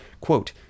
Quote